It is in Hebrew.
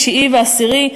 תשיעי ועשירי,